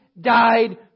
died